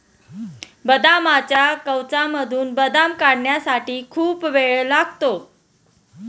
बदामाच्या कवचामधून बदाम काढण्यासाठी खूप वेळ लागतो